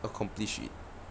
accomplish it